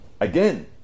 Again